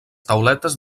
tauletes